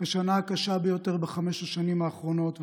כשנה הקשה ביותר בחמש השנים האחרונות,